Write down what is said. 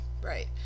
Right